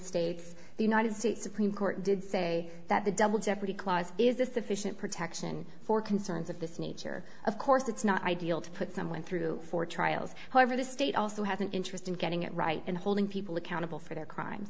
states the united states supreme court did say that the double jeopardy clause is a sufficient protection for concerns of this nature of course it's not ideal to put someone through four trials however the state also has an interest in getting it right and holding people accountable for their crime